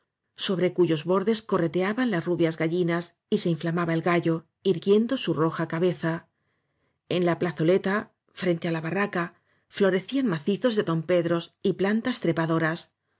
sobre cuyos bordes co rreteaban las rubias galli nas y se inflamaba el gallo irguiendo su roja cabeza en la plazoleta frente á la barraca florecían macizos de dompedros y plantas trepadoras